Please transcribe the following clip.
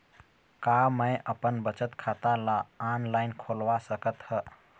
का मैं अपन बचत खाता ला ऑनलाइन खोलवा सकत ह?